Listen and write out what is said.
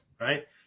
right